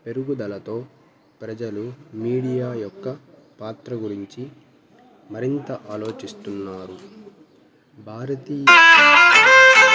పెరుగుదలతో ప్రజలు మీడియా యొక్క పాత్ర గురించి మరింత ఆలోచిస్తున్నారు భారతీయ